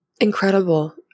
incredible